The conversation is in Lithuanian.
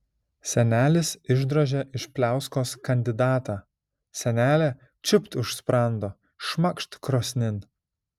senelis išdrožė iš pliauskos kandidatą senelė čiūpt už sprando šmakšt krosnin